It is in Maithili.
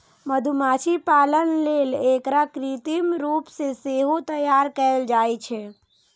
मधुमाछी पालन लेल एकरा कृत्रिम रूप सं सेहो तैयार कैल जाइ छै